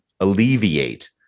alleviate